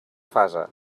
fase